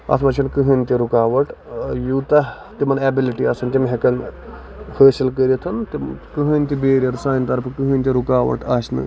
اَتھ منٛز چھ نہٕ کٔہنۍ تہِ رُکاوٹ یوٗتاہ تِمن ایبِلٹی آسہِ تِم ہٮ۪کن خٲصِل کٔرِتھ کٔہنۍ تہِ بیریر سانہِ طرفہٕ کٔہنۍ تہِ رُکاوَٹ آسہِ نہٕ